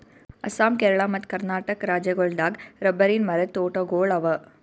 ಅಸ್ಸಾಂ ಕೇರಳ ಮತ್ತ್ ಕರ್ನಾಟಕ್ ರಾಜ್ಯಗೋಳ್ ದಾಗ್ ರಬ್ಬರಿನ್ ಮರದ್ ತೋಟಗೋಳ್ ಅವಾ